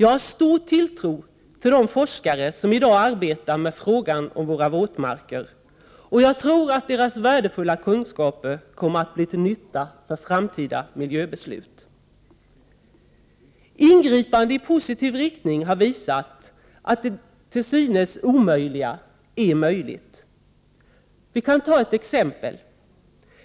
Jag har stor tilltro till de forskare som arbetar med frågan om våra våtmarker, och jag tror att deras värdefulla kunskaper kommer att bli till nytta för framtida miljöbeslut. Ingripande i positiv riktning har visat att det till synes omöjliga är möjligt. Låt mig ge ett exempel.